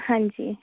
ਹਾਂਜੀ